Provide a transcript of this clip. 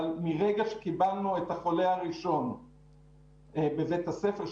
אבל מרגע שקיבלנו את החולה הראשון בבית הספר,